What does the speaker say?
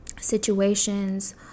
Situations